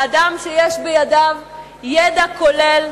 האדם שיש בידיו ידע כולל,